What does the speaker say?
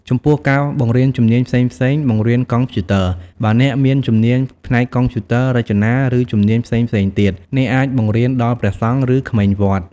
ចំពោះការបង្រៀនជំនាញផ្សេងៗ (បង្រៀនកុំព្យូទ័រ) បើអ្នកមានជំនាញផ្នែកកុំព្យូទ័រ រចនា រឺជំនាញផ្សេងៗទៀត អ្នកអាចបង្រៀនដល់ព្រះសង្ឃ ឬក្មេងវត្ត។